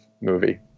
movie